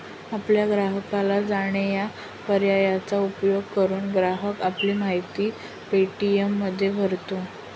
आपल्या ग्राहकाला जाणे या पर्यायाचा उपयोग करून, ग्राहक आपली माहिती पे.टी.एममध्ये भरतो